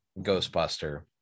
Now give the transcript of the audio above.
ghostbuster